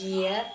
care